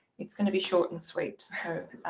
it's going to be short and sweet.